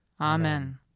Amen